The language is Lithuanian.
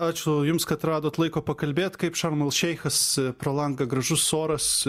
ačiū jums kad radot laiko pakalbėt kaip šarm el šeichas pro langą gražus oras